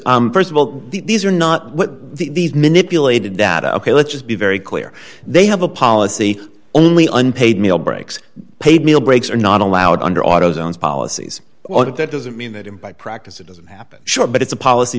because st of all these are not what these manipulated data ok let's just be very clear they have a policy only unpaid meal breaks paid meal breaks are not allowed under auto zone's policies or that that doesn't mean that in by practice it doesn't happen sure but it's a policy